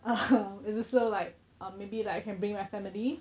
uh um it's also like or maybe like I can bring my family